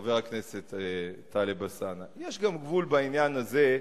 חבר הכנסת טלב אלסאנע, יש גם גבול, בעניין הזה,